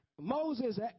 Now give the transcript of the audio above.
Moses